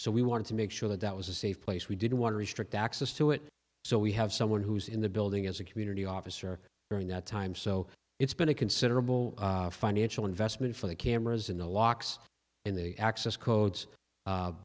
so we wanted to make sure that that was a safe place we didn't want to restrict access to it so we have someone who's in the building as a community officer during that time so it's been a considerable financial investment for the cameras in the locks in the access codes